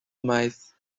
mice